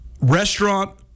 restaurant